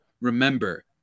remember